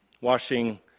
washing